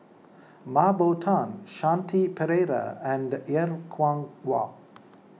Mah Bow Tan Shanti Pereira and Er Kwong Wah